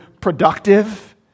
productive